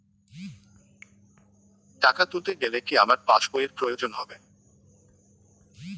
টাকা তুলতে গেলে কি আমার পাশ বইয়ের প্রয়োজন হবে?